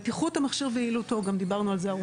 בטיחות המכשיר ויעילותו גם על זה דיברנו ארוכות.